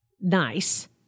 nice